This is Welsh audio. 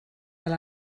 fel